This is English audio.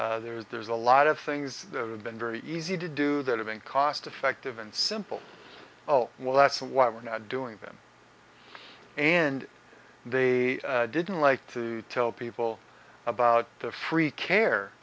getting there is there's a lot of things that have been very easy to do that have been cost effective and simple oh well that's why we're not doing them and they didn't like to tell people about the free care